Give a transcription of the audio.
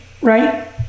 right